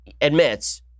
admits